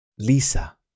Lisa